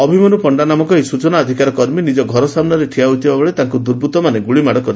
ଅଭିମନ୍ଧୁ ପଣ୍ଢା ନାମକ ଏହି ସୂଚନା ଅଧିକାର କର୍ମୀ ନିଜ ଘର ସାମ୍ନାରେ ଠିଆ ହୋଇଥିବାବେଳେ ତାଙ୍କୁ ଦୁର୍ବୂର୍ଉମାନେ ଗୁଳିମାଡ଼ କରିଥିଲେ